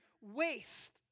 waste